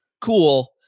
cool